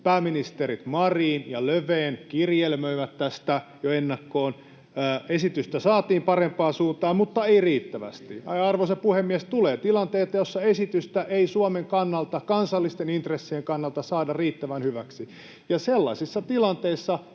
Pääministerit Marin ja Löfven kirjelmöivät tästä jo ennakkoon. Esitystä saatiin parempaan suuntaan, mutta ei riittävästi. Arvoisa puhemies! Tulee tilanteita, joissa esitystä ei Suomen kansallisten intressien kannalta saada riittävän hyväksi. Ja sellaisissa tilanteissa